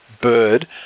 Bird